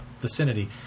vicinity